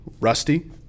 Rusty